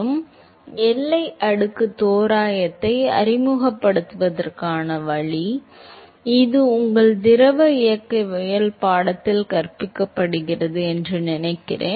எனவே எல்லை அடுக்கு தோராயத்தை அறிமுகப்படுத்துவதற்கான வழி இது உங்கள் திரவ இயக்கவியல் பாடத்தில் கற்பிக்கப்படுகிறது என்று நினைக்கிறேன்